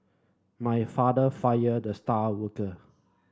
my father fired the star worker